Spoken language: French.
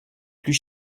plus